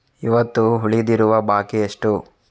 ಇವತ್ತು ಉಳಿದಿರುವ ಬಾಕಿ ಎಷ್ಟು?